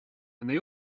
they